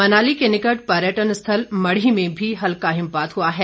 मनाली के निकट पर्यटन स्थल मढ़ी में भी हल्का हिमपात हुआ है